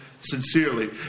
sincerely